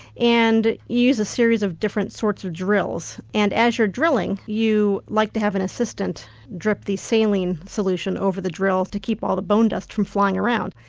and use a series of different sorts of drills. and as you're drilling you like to have an assistant drip the saline solution over the drill to keep all the bone dust from flying around.